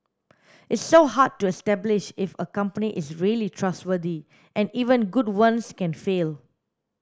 it's so hard to establish if a company is really trustworthy and even good ones can fail